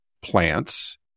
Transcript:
plants